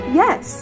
yes